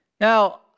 Now